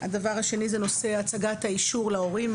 הדבר השני הוא נושא הצגת האישור להורים,